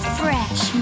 fresh